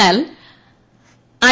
എന്നാൽ ഐ